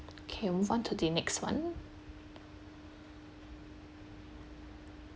okay move on to the next one